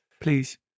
please